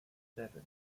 seven